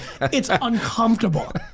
it's uncomfortable.